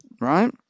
right